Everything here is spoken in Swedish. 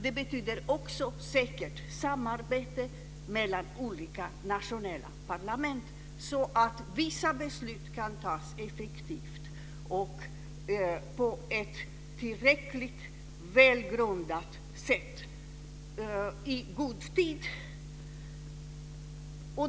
Det betyder också samarbete mellan olika nationella parlament, så att vissa beslut kan fattas effektivt på ett tillräckligt väl grundat underlag i god tid.